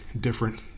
different